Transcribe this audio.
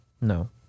No